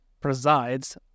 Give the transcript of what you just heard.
presides